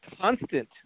constant